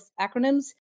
acronyms